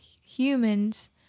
humans